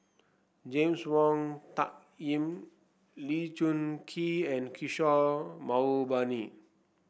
James Wong Tuck Yim Lee Choon Kee and Kishore Mahbubani